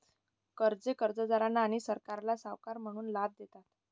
कर्जे कर्जदारांना आणि सरकारला सावकार म्हणून लाभ देतात